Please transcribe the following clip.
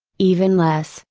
even less,